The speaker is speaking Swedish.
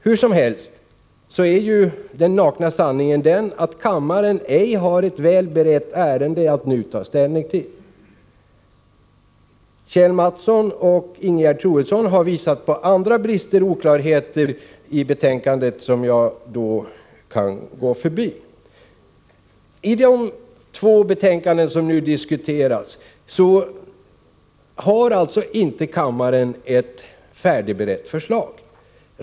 Hur som helst är den nakna sanningen den att kammaren ej har ett väl berett ärende att nu ta ställning till. Kjell Mattsson och Ingegerd Troedsson har visat på andra brister och oklarheter i betänkandet, vilka jag nu kan gå förbi. I de två betänkanden som nu diskuteras har kammaren alltså inte att ta ställning till ett färdigberett förslag.